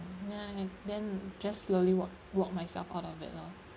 ya and then just slowly walk walk myself out of it lor